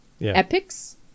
Epics